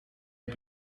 het